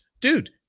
dude